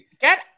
Get